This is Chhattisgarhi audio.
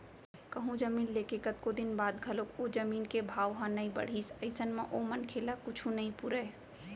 कहूँ जमीन ले के कतको दिन बाद घलोक ओ जमीन के भाव ह नइ बड़हिस अइसन म ओ मनखे ल कुछु नइ पुरय